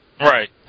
Right